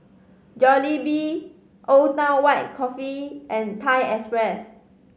Jollibee Old Town White Coffee and Thai Express